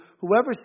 whoever